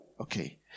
Okay